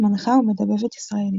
מנחה ומדבבת ישראלית.